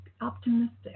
Optimistic